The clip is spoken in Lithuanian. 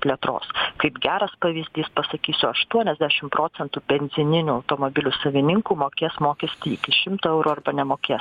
plėtros kaip geras pavyzdys pasakysiu aštuoniasdešim procentų benzininių automobilių savininkų mokės mokestį šimto eurų arba nemokės